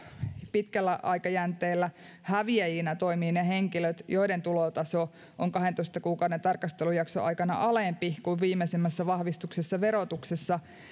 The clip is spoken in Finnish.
pitkällä aikajänteellä häviäjinä toimivat ne henkilöt joiden tulotaso on kahdentoista kuukauden tarkastelujakson aikana alempi kuin viimeisimmässä vahvistetussa verotuksessa